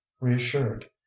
reassured